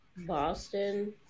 Boston